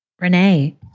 Renee